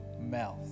mouth